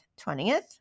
20th